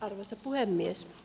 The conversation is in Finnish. arvoisa puhemies